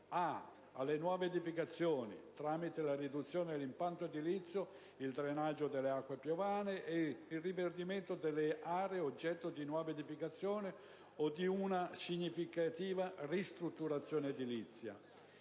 alle nuove edificazioni, tramite la riduzione dell'impatto edilizio, il drenaggio delle acque piovane e il rinverdimento dell'area oggetto di nuova edificazione o di una significativa ristrutturazione edilizia;